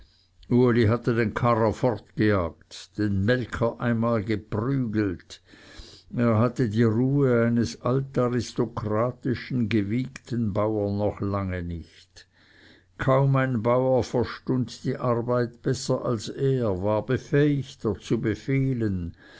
uli hatte den karrer fortgejagt den melker einmal geprügelt er hatte die ruhe eines altaristokratischen gewiegten bauern noch lange nicht kaum ein bauer verstund die arbeit besser als er war befähigter zu befehlen